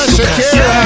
Shakira